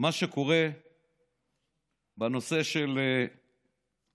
מה שקורה בנושא של הקורונה.